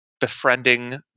befriending